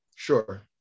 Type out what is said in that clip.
Sure